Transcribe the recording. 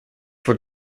were